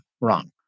wrong